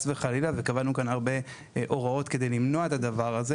וחלילה וקבענו כאן הרבה הוראות כדי למנוע את הדבר הזה